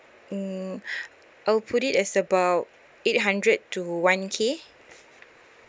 mm I'll put it as about eight hundred to one K